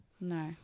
No